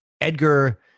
Edgar